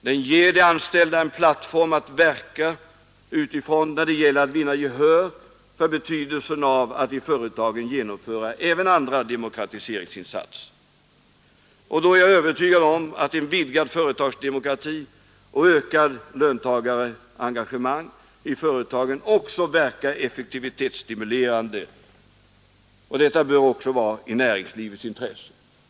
Den ger de anställda en plattform att verka utifrån när det gäller att vinna gehör för betydelsen av att i företagen genomföra även andra demokratiseringsinsatser, och då är jag övertygad om att en vidgad företagsdemokrati och ökat löntagarengagemang i företagen också verkar effektivitetsstimulerande. Detta bör även vara i näringslivets intresse.